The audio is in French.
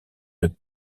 une